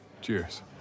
Cheers